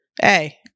Hey